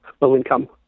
low-income